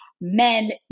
men